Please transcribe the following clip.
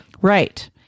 right